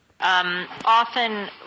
Often